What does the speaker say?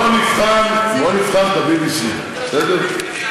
בוא נבחן את ה-BBC, בסדר?